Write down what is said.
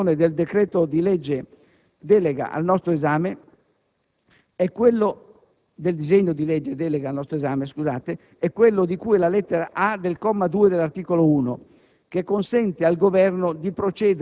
Un'altra importante disposizione del disegno di legge delega al nostro esame è quella di cui alla lettera a) del comma 2 dell'articolo 1,